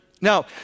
Now